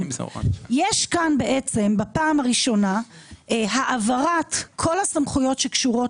יש כאן בפעם הראשונה העברת כל הסמכויות שקשורות